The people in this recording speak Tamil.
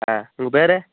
உங்கள் பேர்